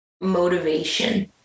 motivation